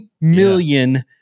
million